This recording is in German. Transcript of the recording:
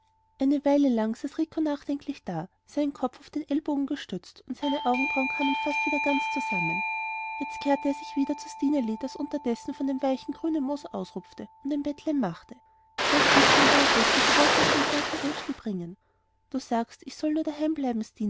eine weile lang saß rico nachdenklich da seinen kopf auf den ellbogen gestützt und seine augenbrauen kamen wieder ganz zusammen jetzt kehrte er sich wieder zu stineli das unterdessen von dem weichen grünen moos ausrupfte und ein bettlein machte zwei kissen und eine decke die wollte es dem kranken urschli bringen du sagst ich soll nur daheim bleiben